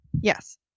Yes